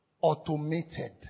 Automated